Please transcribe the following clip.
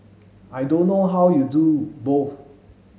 I don't know how you do both